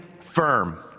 firm